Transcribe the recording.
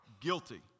Guilty